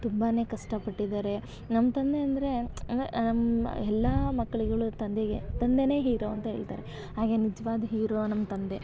ತುಂಬನೆ ಕಷ್ಟಪಟ್ಟಿದ್ದಾರೆ ನಮ್ಮ ತಂದೆ ಅಂದರೆ ಅಂದರೆ ನಮ್ಮ ಎಲ್ಲ ಮಕ್ಳುಗಳೂ ತಂದೆಗೆ ತಂದೆಯೇ ಹೀರೋ ಅಂತ ಹೇಳ್ತಾರೆ ಹಾಗೆ ನಿಜ್ವಾದ ಹೀರೋ ನಮ್ಮ ತಂದೆ